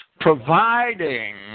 providing